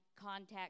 contact